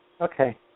Okay